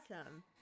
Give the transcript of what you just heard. awesome